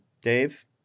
Dave